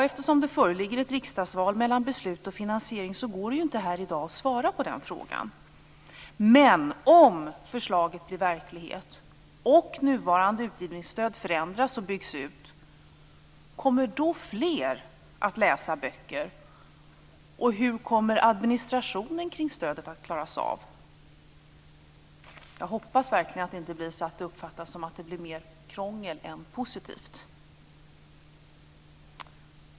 Eftersom det sker ett riksdagsval mellan beslut och finansiering går det inte att svara på den frågan. Men om förslaget blir verklighet och nuvarande utgivningsstöd förändras och byggs ut, kommer då fler att läsa böcker? Och hur kommer administrationen kring stödet att klaras av? Jag hoppas verkligen att det inte blir så att det mera uppfattas som krångligt än positivt.